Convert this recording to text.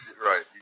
right